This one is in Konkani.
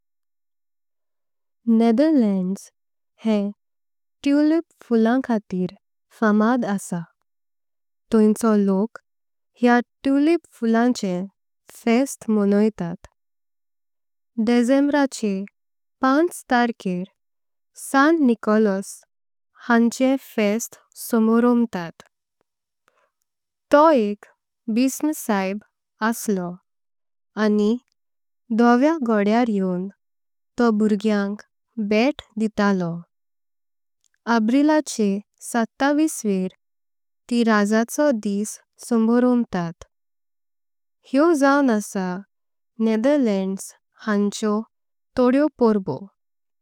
नेदरलँड्स हे तुलिप फुलां खातीर फामद आसा। तैंचो लोक ह्या तुलिप फुलांचें फेस्टी मणोइतात। डिसेंबराचे पांच तारखेऱ सांत निकोलस हांचे फेस्त। समारंभतात तो एक बिसप साहेब आसलो आनी। धवया घोडेऱ येवँ तो भुर्ग्यांक भेट दितालो एप्रिलाचे। सत्ताविसवेऱ तिं राजाचो दिस समारंभतात। हे जाऊँ आसा नेदरलँड्स हांचे तोडेवो पर्वो।